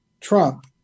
Trump